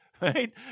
right